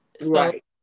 Right